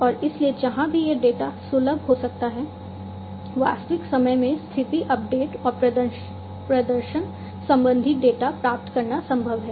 और इसलिए जहां भी यह डेटा सुलभ हो सकता है वास्तविक समय में स्थिति अपडेट और प्रदर्शन संबंधी डेटा प्राप्त करना संभव है